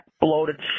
bloated